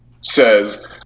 says